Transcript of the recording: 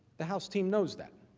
the house team knows that.